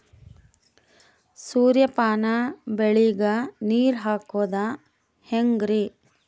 ಸೂರ್ಯಪಾನ ಬೆಳಿಗ ನೀರ್ ಹಾಕೋದ ಹೆಂಗರಿ?